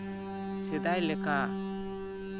ᱥᱮᱫᱟᱭ ᱞᱮᱠᱟ